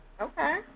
Okay